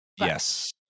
Yes